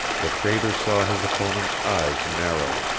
the trader saw his opponent's eyes narrow.